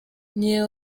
niyo